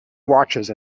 watches